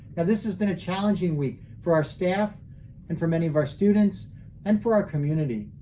and this has been a challenging week for our staff and for many of our students and for our community.